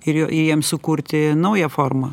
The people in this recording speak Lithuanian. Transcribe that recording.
ir jo ir jiems sukurti naują formą